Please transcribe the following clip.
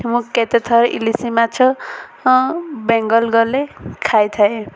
ମୁଁ କେତେ ଥର ଇଲିଶି ମାଛ ବେଙ୍ଗଲ ଗଲେ ଖାଇଥାଏ